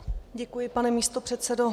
Děkuji, pane místopředsedo.